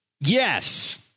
Yes